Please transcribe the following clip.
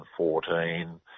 2014